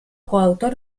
coautor